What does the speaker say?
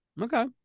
Okay